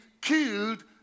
killed